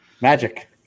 Magic